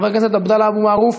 חבר הכנסת עבדאללה אבו מערוף,